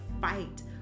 fight